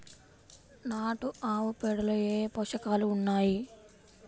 నాటు ఆవుపేడలో ఏ ఏ పోషకాలు ఉన్నాయి?